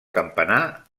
campanar